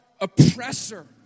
oppressor